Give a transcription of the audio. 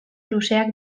luzeak